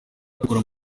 icukura